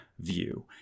view